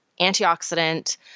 antioxidant